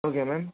okay ma'am